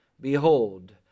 behold